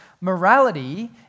morality